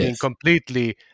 completely